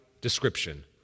description